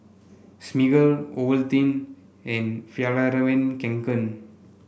Smiggle Ovaltine and Fjallraven Kanken